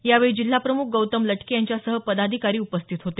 यावेळी जिल्हाप्रमुख गौतम लटके यांच्यासह पदाधिकारी उपस्थित होते